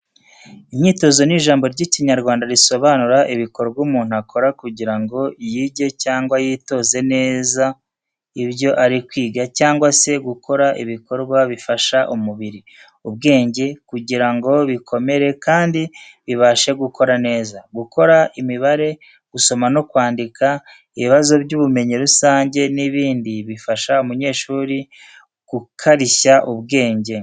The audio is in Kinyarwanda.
Imyitozo ni ijambo ry’ikinyarwanda risobanura: Ibikorwa umuntu akora kugira ngo yige cyangwa yitoze neza ibyo ari kwiga cyangwa se gukora ibikorwa bifasha umubiri, ubwenge kugira ngo bikomere kandi bibashe gukora neza. Gukora imibare, gusoma no kwandika, ibibazo by’ubumenyi rusange, n’ibindi bifasha umunyeshuri gukarishya ubwenge